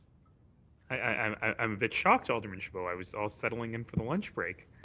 i'm a bit shocked, alderman chabot. i was all settling in for the lunch break.